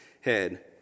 head